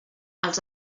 els